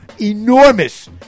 enormous